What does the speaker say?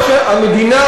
המדינה רוצה,